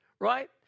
right